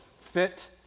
fit